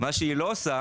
מה שהיא לא עושה